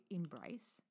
embrace